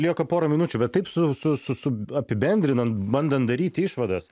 lieka porą minučių bet taip su su su su apibendrinant bandant daryti išvadas